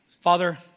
Father